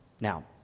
Now